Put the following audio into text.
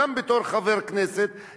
גם בתור חבר כנסת,